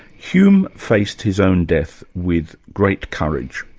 hume faced his own death with great courage,